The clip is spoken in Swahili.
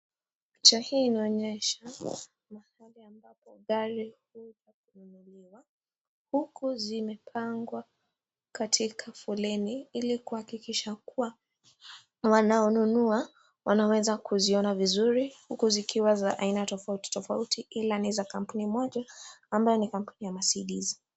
Picha hii inaonyesha mahali ambapo gari huenda kununuliwa huku zimepangwa katika foleni ili kuhakikisha kuwa wanao nunua wanaweza kuziona vizuri huku zikiwa za aina tofauti tofauti ila ni za kampuni moja ambayo ni kampuni ya Mercedes.